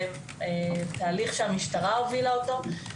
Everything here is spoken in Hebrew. זה תהליך שהמשטרה הובילה אותו,